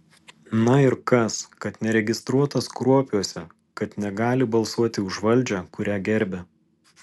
na ir kas kad neregistruotas kruopiuose kad negali balsuoti už valdžią kurią gerbia